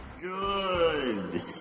good